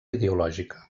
ideològica